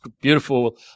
beautiful